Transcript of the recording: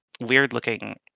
weird-looking